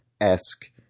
esque